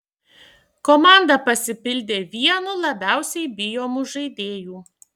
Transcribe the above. komanda pasipildė vienu labiausiai bijomų žaidėjų